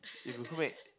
if you could make